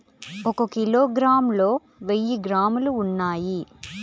ఒక కిలోగ్రామ్ లో వెయ్యి గ్రాములు ఉన్నాయి